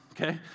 okay